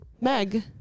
Meg